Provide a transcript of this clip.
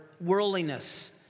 worldliness